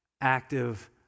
Active